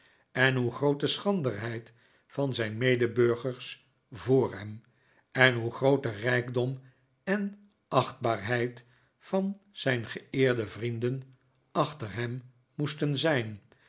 en hoe groot de schranderheid van zijn medeburgers voor hem en hoe groot de rijkdom en achtbaarheid van zijn geeerde vrienden achter hem moesten zijn